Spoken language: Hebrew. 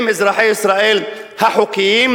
הם אזרחי ישראל החוקיים,